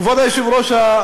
כבוד היושב-ראש,